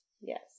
Yes